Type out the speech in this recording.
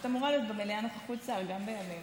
פשוט אמורה להיות במליאה נוכחות שר, כמובן,